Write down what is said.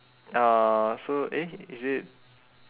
uh so eh is it